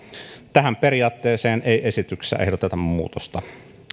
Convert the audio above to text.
tähän periaatteeseen ei esityksessä ehdoteta muutosta